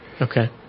Okay